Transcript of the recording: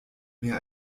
mehr